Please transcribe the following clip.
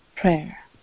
prayer